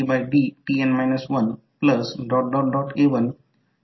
तर हा current i2 आहे याचा अर्थ i1 i2 डॉटमध्ये प्रवेश करत आहे करंट i2 देखील डॉटमध्ये प्रवेश करत आहे